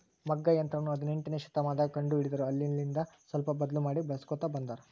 ಮಗ್ಗ ಯಂತ್ರವನ್ನ ಹದಿನೆಂಟನೆಯ ಶತಮಾನದಗ ಕಂಡು ಹಿಡಿದರು ಅಲ್ಲೆಲಿಂದ ಸ್ವಲ್ಪ ಬದ್ಲು ಮಾಡಿ ಬಳಿಸ್ಕೊಂತ ಬಂದಾರ